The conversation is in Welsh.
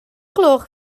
gloch